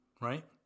right